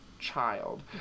child